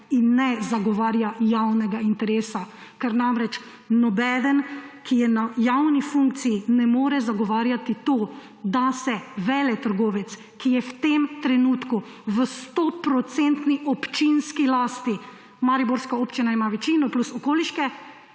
in ne zagovarja javnega interesa. Ker namreč nobeden, ki je na javni funkciji, ne more zagovarjati tega, da se veletrgovec, ki je v tem trenutku v stoodstotni občinski lasti, mariborska občina ima večino, plus okoliške,